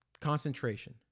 Concentration